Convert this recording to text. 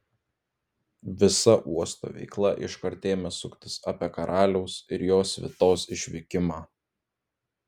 visa uosto veikla iškart ėmė suktis apie karaliaus ir jo svitos išvykimą